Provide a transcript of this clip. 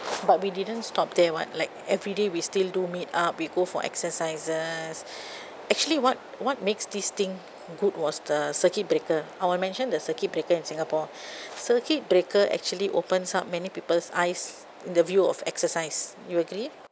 but we didn't stop there [what] like everyday we still do meet up we go for exercises actually what what makes this thing good was the circuit breaker I will mention the circuit breaker in singapore circuit breaker actually opens up many people's eyes in the view of exercise you agree